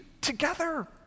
together